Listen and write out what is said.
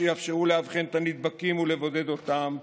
שיאפשרו לאבחן את הנדבקים ולבודד אותם,